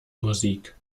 musik